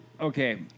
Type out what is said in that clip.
Okay